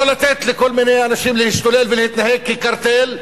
לא לתת לכל מיני אנשים להשתולל ולהתנהג כקרטל,